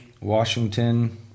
Washington –